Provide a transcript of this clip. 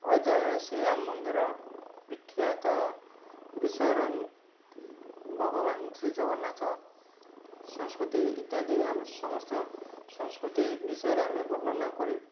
ଅଯୋଧ୍ୟାର ଶ୍ରୀରାମ ମନ୍ଦିର ବିଖ୍ୟାତ ବିଶ୍ୱର ଭଗବାନ ଶ୍ରୀଜଗନ୍ନାଥ ସଂସ୍କୃତି ଇତ୍ୟାଦି ଆମ ସମସ୍ତଙ୍କ ସଂସ୍କୃତି ବିଷୟରେ ଆମେ ବର୍ଣ୍ଣନା କରିବୁ